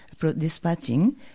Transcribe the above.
dispatching